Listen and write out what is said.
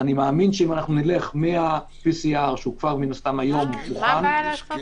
אני מאמין שאם נלך מה-PCR שמוכן כבר היום דרך אגב,